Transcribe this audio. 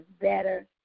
better